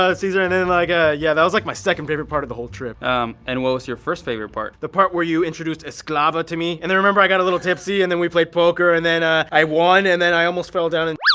ah cesar and then were like ah yeah that was like my second favorite part of the whole trip and what was your first favorite part? the part where you introduced esclava to me? and then remember i got a little tipsy and then we played poker and then i i won and then i almost fell down and.